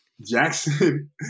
Jackson